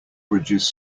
bridges